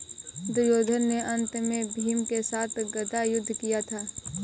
दुर्योधन ने अन्त में भीम के साथ गदा युद्ध किया था